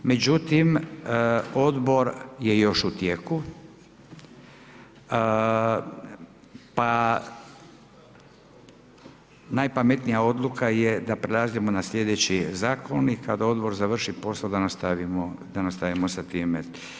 Međutim, Odbor je još u tijeku, pa najpametnija odluka je da prelazimo na sljedeći zakon i kada odbor završi poslije, da nastavimo s time.